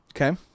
Okay